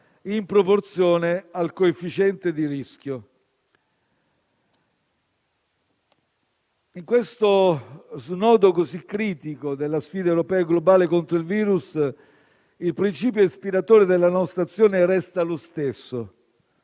in proporzione al coefficiente di rischio. In questo snodo così critico della sfida europea e globale contro il virus, il principio ispiratore della nostra azione resta lo stesso: